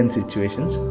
situations